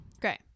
Great